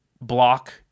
block